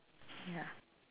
ya